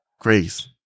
grace